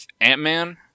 Ant-Man